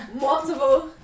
Multiple